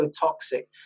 toxic